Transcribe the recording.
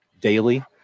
daily